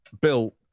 built